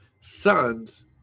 Sons